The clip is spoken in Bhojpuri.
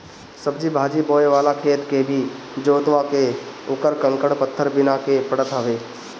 सब्जी भाजी बोए वाला खेत के भी जोतवा के उकर कंकड़ पत्थर बिने के पड़त हवे